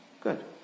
good